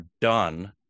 done